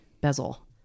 bezel